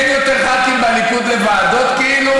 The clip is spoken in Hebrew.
אין יותר ח"כים בליכוד לוועדות, כאילו?